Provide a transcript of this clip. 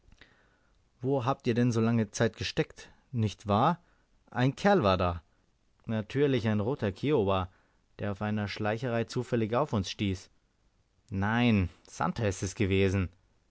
wo habt ihr denn so lange zeit gesteckt nicht wahr ein kerl war da natürlich ein roter kiowa der auf einer schleicherei zufällig auf uns stieß nein santer ist's gewesen